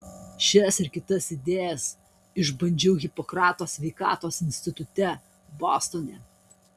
šias ir kitas idėjas išbandžiau hipokrato sveikatos institute bostone